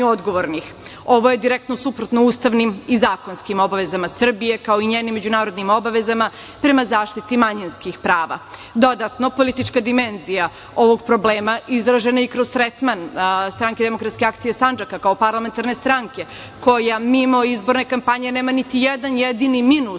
Ovo je direktno suprotno ustavnim i zakonskim obavezama Srbije, kao i njenim međunarodnim obavezama prema zaštiti manjinskih prava. Dodatno politička dimenzija ovog problema izražena je i kroz tretman Stranke demokratske akcije Sandžaka kao parlamentarne stranke koja, mimo izborne kampanje, nema niti jedan jedini minut